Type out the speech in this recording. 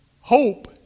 hope